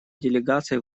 делегаций